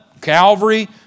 Calvary